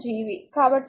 కాబట్టి v i Gv